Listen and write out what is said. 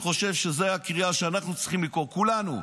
אני חושב שזאת הקריאה שאנחנו צריכים לקרוא כולנו.